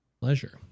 pleasure